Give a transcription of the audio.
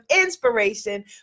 inspiration